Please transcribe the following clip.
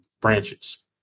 branches